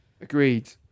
Agreed